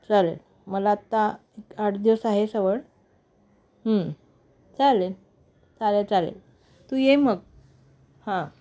चालेल मला आत्ता एक आठ दिवस आहे सवड चालेल चालेल चालेल तू ये मग हां